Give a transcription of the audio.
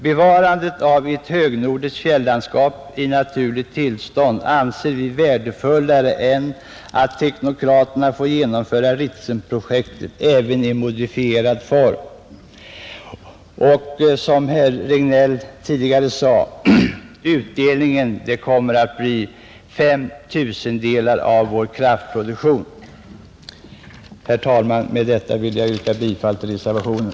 Bevarandet av ett högnordiskt fjällandskap i naturligt tillstånd anser vi värdefullare än att teknokraterna får genomföra Ritsemprojektet, även i modifierad form, Och, som herr Regnéll tidigare sade, utdelningen kommer att bli fem tusendelar av vår kraftproduktion, Herr talman! Med detta ber jag att få yrka bifall till reservationen.